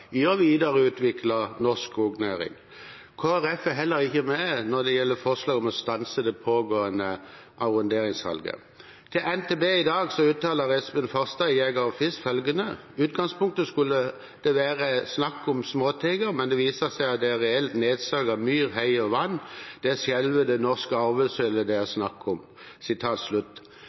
i å videreutvikle norsk skognæring. Kristelig Folkeparti er heller ikke med når det gjelder forslag om å stanse det pågående arronderingssalget. Til NTB i dag uttaler Espen Farstad i Norges Jeger- og Fiskerforbund følgende: «I utgangspunktet skulle det bare være snakk om salg av småteiger, men det viser seg at det er et reelt nedsalg av myr, hei og vann som pågår. Dette er selve det norske arvesølvet det er snakk om.»